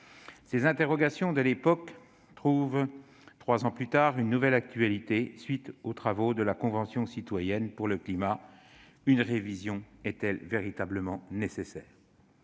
Ces interrogations de l'époque trouvent, trois ans plus tard, une nouvelle actualité à la suite des travaux de la Convention citoyenne pour le climat. Une révision est-elle véritablement nécessaire ?